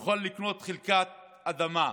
יכול לקנות חלקת אדמה.